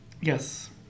Yes